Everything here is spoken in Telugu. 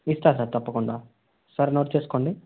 ఇస్తాను సార్ తప్పకుండా సార్ నోట్ చేసుకోండి